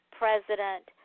president